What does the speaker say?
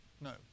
No